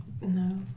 No